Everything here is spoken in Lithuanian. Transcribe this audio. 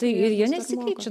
tai ir jie nesikeičia